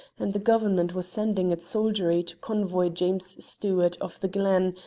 and the government was sending its soldiery to convoy james stewart of the glen,